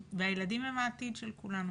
והילדים הם העתיד של כולנו